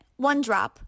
OneDrop